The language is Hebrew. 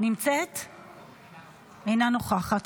אינה נוכחת.